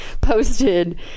posted